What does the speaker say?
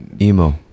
emo